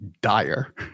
dire